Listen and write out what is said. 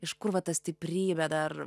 iš kur va ta stiprybė dar